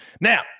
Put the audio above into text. Now